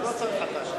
ידידתי הטובה צודקת,